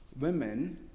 women